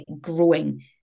growing